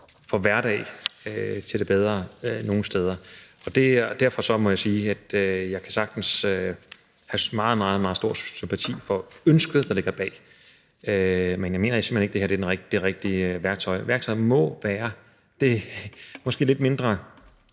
nogen hverdag til det bedre nogen steder. Derfor må jeg sige, at jeg sagtens kan have meget, meget stor sympati for ønsket, der ligger bag, men jeg mener simpelt hen ikke, at det her er det rigtige værktøj. Værktøjet må være det måske lidt mindre